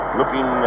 looking